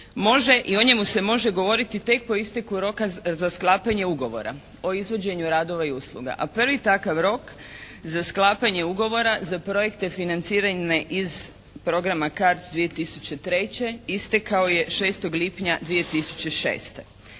može i o njemu se može govoriti tek po isteku roka za sklapanje ugovora o izvođenju radova i usluga. A prvi takav rok za sklapanje ugovora za projekte financirane iz programa CARDS 2003. istekao je 6. lipnja 2006.